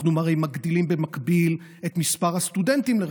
הרי אנחנו מגדילים במקביל את מספר הסטודנטים לרפואה.